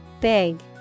BIG